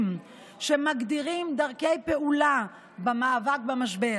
שמגדירים דרכי פעולה במאבק במשבר,